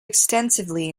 extensively